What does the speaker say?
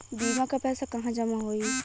बीमा क पैसा कहाँ जमा होई?